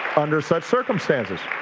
under such circumstances.